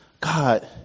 God